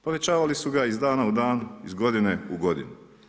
Povećavali su ga iz dana u dan, iz godine u godinu.